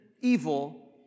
evil